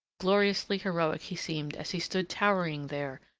gloriously heroic he seemed as he stood towering there,